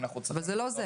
אבל לא כאן.